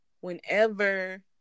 whenever